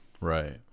Right